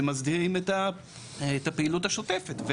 שמסדירים את הפעילות השוטפת.